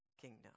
kingdom